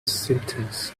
symptoms